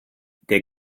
der